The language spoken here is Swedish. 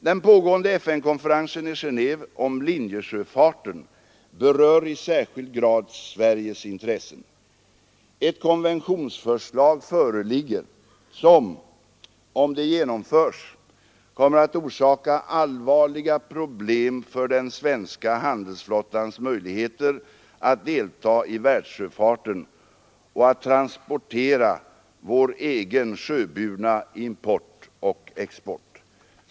Den pågående FN-konferensen i Geneve om linjesjöfarten berör i särskild grad Sveriges intressen. Ett konventionsförslag föreligger som, om det genomförs, kommer att orsaka allvarliga problem för den svenska handelsflottans möjligheter att delta i världssjöfarten och att transportera vår egen sjöburna import och export.